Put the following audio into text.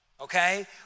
okay